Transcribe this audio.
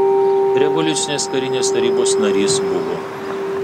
revoliucinės karinės tarybos narys buvo